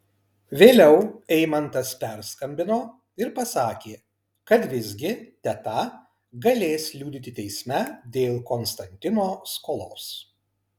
vėliau eimantas perskambino ir pasakė kad visgi teta galės liudyti teisme dėl konstantino skolos